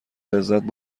لذت